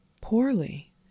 poorly